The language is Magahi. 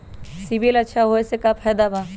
सिबिल अच्छा होऐ से का फायदा बा?